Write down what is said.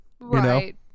Right